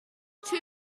two